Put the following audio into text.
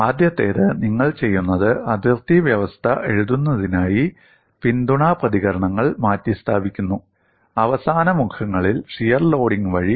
ആദ്യത്തേത് നിങ്ങൾ ചെയ്യുന്നത് അതിർത്തി വ്യവസ്ഥ എഴുതുന്നതിനായി പിന്തുണാ പ്രതികരണങ്ങൾ മാറ്റിസ്ഥാപിക്കുന്നു അവസാന മുഖങ്ങളിൽ ഷിയർ ലോഡിംഗ് വഴി